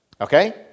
Okay